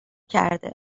کرده